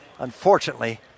Unfortunately